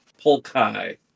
Polkai